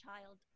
child